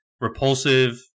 repulsive